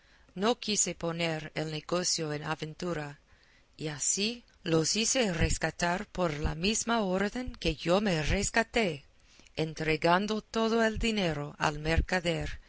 no quise poner el negocio en aventura y así los hice rescatar por la misma orden que yo me rescaté entregando todo el dinero al mercader